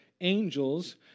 angels